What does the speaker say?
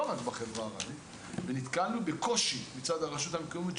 לא רק בחברה הערבית ונתקלנו בקושי מצד הרשות המקומית,